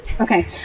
Okay